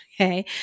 okay